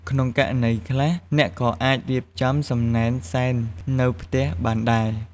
ក្នុងករណីខ្លះ អ្នកក៏អាចរៀបចំសំណែនសែននៅផ្ទះបានដែរ។